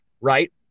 right